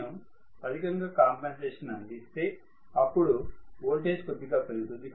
నేను అధికంగా కాంపెన్సేషన్ అందిస్తే అప్పుడు వోల్టేజ్ కొద్దిగా పెరుగుతుంది